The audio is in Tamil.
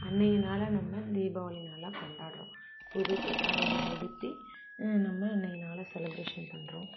அன்றைய நாளை நம்ம தீபாவளி நாளாக கொண்டாடுறோம் புது புத்தாடைகள் உடுத்தி நம்ம அன்றைய நாளை செலப்ரேஷன் பண்ணுறோம்